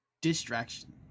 distraction